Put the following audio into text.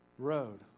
road